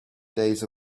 days